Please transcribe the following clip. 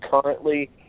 currently